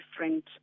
different